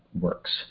Works